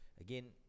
again